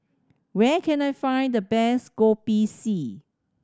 where can I find the best Kopi C